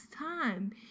time